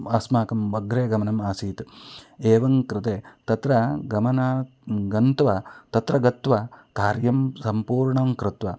अस्माकम् अग्रे गमनम् आसीत् एवं कृते तत्र गमनं गत्वा तत्र गत्वा कार्यं सम्पूर्णं कृत्वा